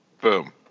Boom